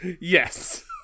Yes